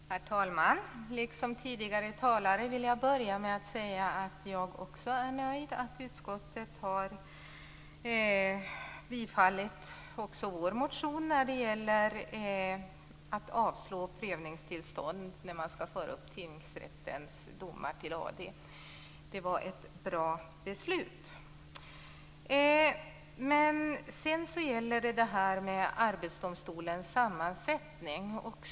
Herr talman! Liksom tidigare talare vill jag börja med att säga att jag är nöjd med att utskottet har bifallit vår motion när det gäller att avslå prövningstillstånd då tingsrättens domar skall föras upp till AD. Det var ett bra beslut. Sedan gäller det Arbetsdomstolens sammansättning.